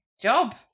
job